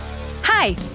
Hi